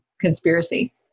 conspiracy